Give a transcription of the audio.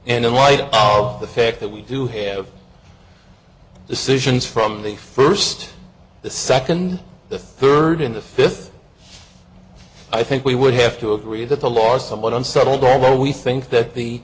and in light of the fact that we do have decisions from the first the second the third in the fifth i think we would have to agree that the law is somewhat unsettled although we think that the